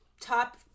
top